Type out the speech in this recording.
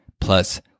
Plus